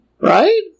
Right